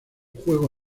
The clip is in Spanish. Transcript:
juego